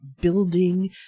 building